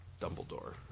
Dumbledore